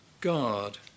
God